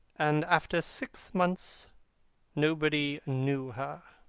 and after six months nobody knew her.